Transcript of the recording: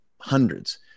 hundreds